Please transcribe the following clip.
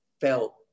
felt